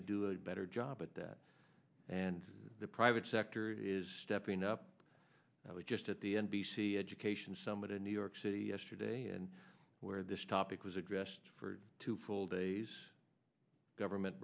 to do a better job at that and the private sector is stepping up i was just at the n b c education summit in new york city yesterday and where this topic was addressed for two full days government